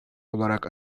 olarak